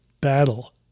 battle